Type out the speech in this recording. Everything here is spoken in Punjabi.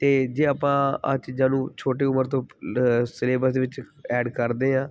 ਅਤੇ ਜੇ ਆਪਾਂ ਆਹ ਚੀਜ਼ਾਂ ਨੂੰ ਛੋਟੀ ਉਮਰ ਤੋਂ ਪ ਲ ਸਿਲੇਬਸ ਦੇ ਵਿੱਚ ਐਡ ਕਰਦੇ ਹਾਂ